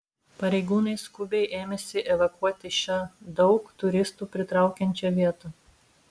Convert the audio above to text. pareigūnai skubiai ėmėsi evakuoti šią daug turistų pritraukiančią vietą